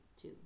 two